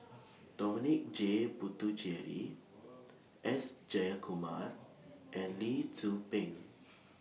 Dominic J Puthucheary S Jayakumar and Lee Tzu Pheng